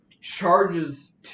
charges